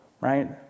right